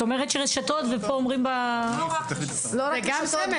את אומרת שרשתות --- לא רק רשתות,